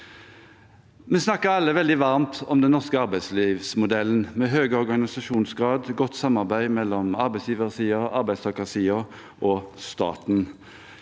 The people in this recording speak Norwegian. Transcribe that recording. Vi snakker alle veldig varmt om den norske arbeidslivsmodellen, med høy organisasjonsgrad og godt samarbeid mellom arbeidsgiversiden og arbeidstakersiden og staten.